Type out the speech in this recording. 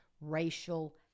racial